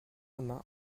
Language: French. main